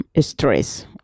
stress